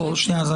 לא, שנייה.